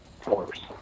force